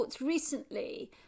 recently